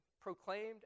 proclaimed